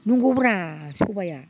नंगौब्रा सबाया